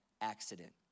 accident